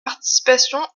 participations